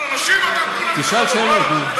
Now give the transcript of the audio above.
לנשים אתם, תשאל שאלות, נו.